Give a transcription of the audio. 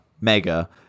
mega